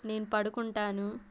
నేను పడుకుంటాను